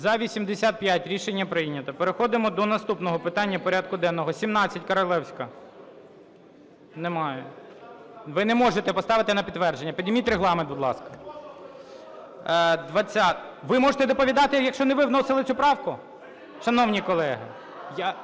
За-85 Рішення прийнято. Переходимо до наступного питання порядку денного. 17, Королевська. Немає. (Шум у залі) Ви не можете поставити на підтвердження. Підніміть Регламент, будь ласка. Ви можете доповідати, якщо не ви вносили цю правку? Шановні колеги,